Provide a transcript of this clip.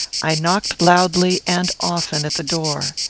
i knocked loudly and often at the door.